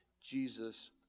Jesus